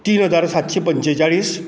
तीन हजार सातशे पंचेचाळीस